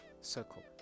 circle